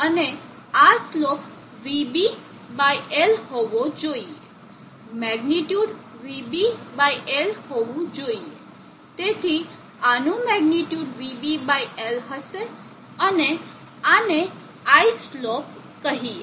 અને આ slope vB by L હોવો જોઈએ મેગ્નીટ્યુડ vB બાય L હોવી જોઈએ તેથી આનું મેગ્નીટ્યુડ vB બાય L હશે અને આને I સ્લોપ કહીએ